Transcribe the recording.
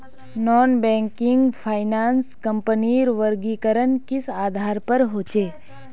Non banking finance कंपनीर वर्गीकरण किस आधार पर होचे?